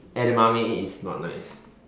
Edamame is not nice